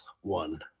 One